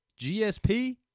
GSP